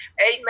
amen